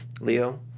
Leo